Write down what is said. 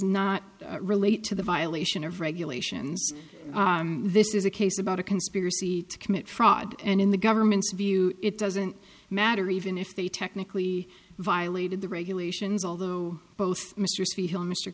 not relate to the violation of regulations this is a case about a conspiracy to commit fraud and in the government's view it doesn't matter even if they technically violated the regulations although both mr